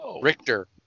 Richter